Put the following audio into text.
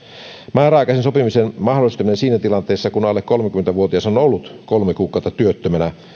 määräaikaisen sopimisen mahdollistaminen siinä tilanteessa kun alle kolmekymmentä vuotias on ollut kolme kuukautta työttömänä